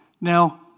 now